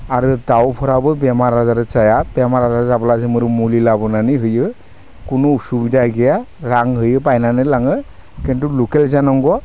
आरो दाउफोराबो बेमार आजार जाया बेमार आजार जाब्ला जों मुलि लाबोनानै होयो कुनु उसुबिदा गैया रां होयो बायनानै लाङो किन्तु लकेल जानांगौ